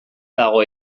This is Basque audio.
dago